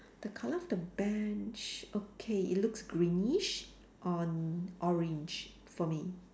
the colour of the bench okay it looks greenish on orange for me